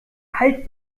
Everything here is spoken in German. alt